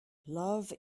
love